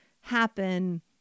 happen